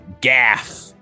gaff